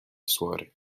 suore